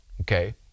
okay